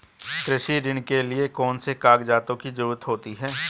कृषि ऋण के लिऐ कौन से कागजातों की जरूरत होती है?